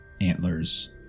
antlers